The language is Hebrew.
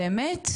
באמת?